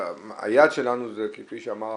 התכוונו באמת שהיעד שלנו זה, כפי שאמר המנכ"ל,